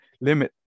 limit